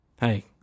Hey